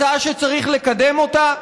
הצעה שצריך לקדם אותה.